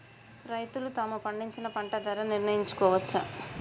రైతులు తాము పండించిన పంట ధర నిర్ణయించుకోవచ్చా?